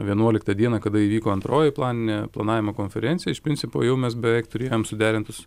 vienuoliktą dieną kada įvyko antroji planinė planavimo konferencija iš principo jau mes beveik turėjom suderintus